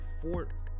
fort